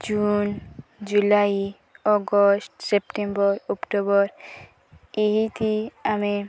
June July August September October ଏହିଥି ଆମେ